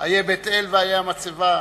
איה בית-אל ואיה המצבה.